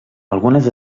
algunes